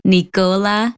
Nicola